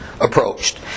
Approached